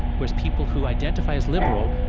whereas people who identify as liberal,